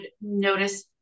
notice